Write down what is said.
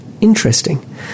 interesting